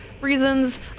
reasons